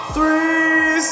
Three